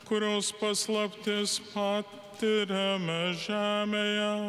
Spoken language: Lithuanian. kurios paslaptis patiriame žemėje